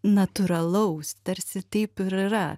natūralaus tarsi taip ir yra